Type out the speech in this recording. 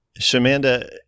Shamanda